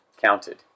counted